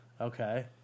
okay